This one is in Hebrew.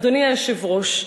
אדוני היושב-ראש,